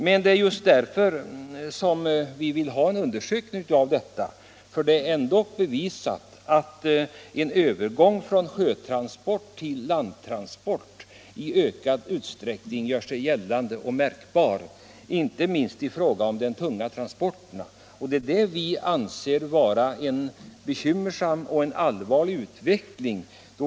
Men det är ändå bevisat att en övergång från sjötransport till landtransport i ökad utsträckning gör sig märkbar inte minst i fråga om de tunga transporterna, och det är det vi anser vara en bekymmersam utveckling.